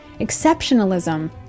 Exceptionalism